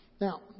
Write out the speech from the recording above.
Now